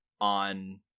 on